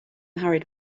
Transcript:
hurried